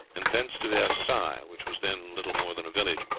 and thence to versailles, which was then little more than a village.